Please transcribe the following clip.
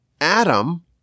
Adam